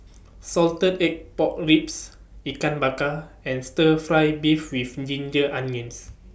Salted Egg Pork Ribs Ikan Bakar and Stir Fry Beef with Ginger Onions